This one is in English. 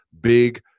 big